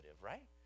right